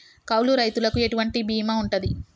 కౌలు రైతులకు ఎటువంటి బీమా ఉంటది?